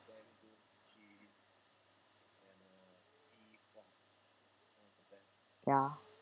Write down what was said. ya